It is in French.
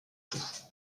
tout